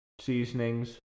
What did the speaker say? seasonings